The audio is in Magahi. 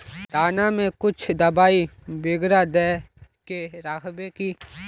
दाना में कुछ दबाई बेगरा दय के राखबे की?